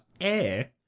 air